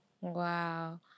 Wow